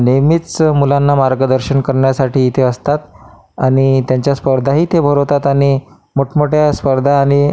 नेहमीच मुलांना मार्गदर्शन करण्यासाठी इथे असतात आणि त्यांच्या स्पर्धाही ते भरवतात आणि मोठमोठ्या स्पर्धा आणि